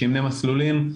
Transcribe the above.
שמני מסלולים,